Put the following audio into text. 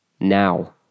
now